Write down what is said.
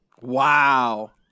Wow